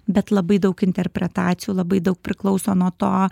bet labai daug interpretacijų labai daug priklauso nuo to